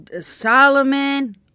Solomon